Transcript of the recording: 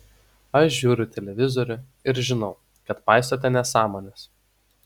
aš žiūriu televizorių ir žinau kad paistote nesąmones